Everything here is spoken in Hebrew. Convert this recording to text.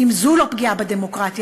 ואם זו לא פגיעה בדמוקרטיה,